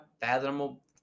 fathomable